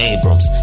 Abrams